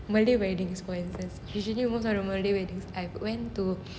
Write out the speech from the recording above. malay weddings for instance usually most of the malay weddings I've went to